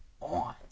on